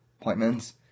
appointments